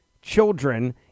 children